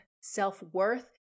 Self-worth